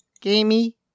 gamey